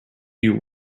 you